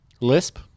Lisp